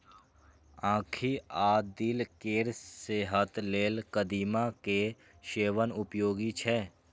आंखि आ दिल केर सेहत लेल कदीमा के सेवन उपयोगी छै